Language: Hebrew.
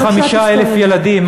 עוד 35,000 ילדים.